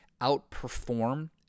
outperform